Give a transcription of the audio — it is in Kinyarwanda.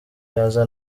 yaza